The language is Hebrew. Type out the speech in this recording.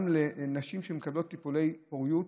גם עם נשים שמקבלות טיפולי פוריות,